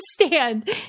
understand